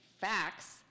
facts